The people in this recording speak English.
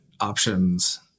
options